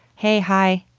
hey hi,